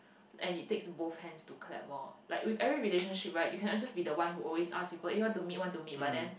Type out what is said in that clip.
and it takes both hands to clap lor like with every relationship right you cannot just be the one who always ask people eh want to meet want to meet but then